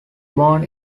born